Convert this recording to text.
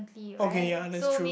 okay ya that's true